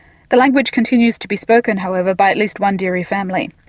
the language continues to be spoken however by at least one diyari family.